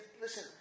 listen